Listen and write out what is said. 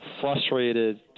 frustrated